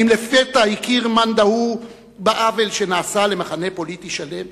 האם לפתע הכיר מאן דהוא בעוול שנעשה למחנה פוליטי שלם?